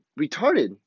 retarded